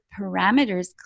parameters